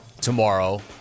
tomorrow